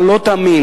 אתה לא תאמין,